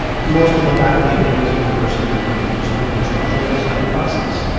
most of the faculty at binghamton university are not used to an instructional and design process,